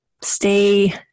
stay